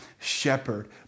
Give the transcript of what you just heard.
shepherd